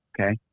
Okay